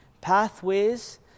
pathways